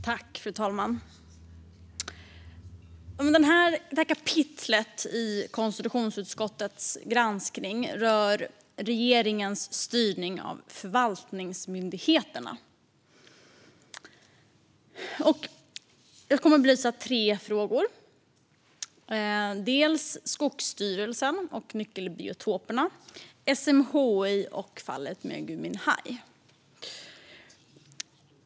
Fru talman! Detta kapitel i konstitutionsutskottets granskning rör regeringens styrning av förvaltningsmyndigheterna. Jag kommer att belysa tre frågor: Skogsstyrelsen och nyckelbiotoperna, SMHI samt fallet med Gui Minhai.